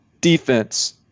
defense